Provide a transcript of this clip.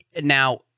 Now